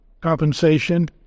compensation